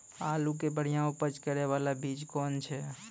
आलू के बढ़िया उपज करे बाला बीज कौन छ?